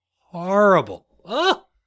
Horrible